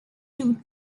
two